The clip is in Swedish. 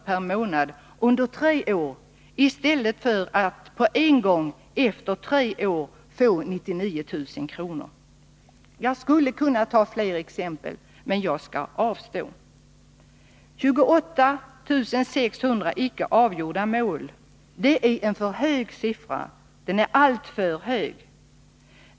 per månad under tre år i stället för att på en gång efter tre år få 99 000 kr. Jag skulle kunna nämna fler exempel, men jag skall avstå. 28 600 icke avgjorda mål är en hög siffra — alltför hög.